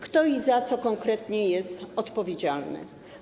Kto i za co konkretnie jest odpowiedzialny?